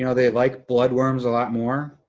you know they like blood worms a lot more.